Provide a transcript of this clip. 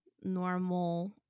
normal